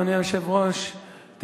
אדוני היושב-ראש,